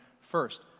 first